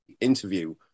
interview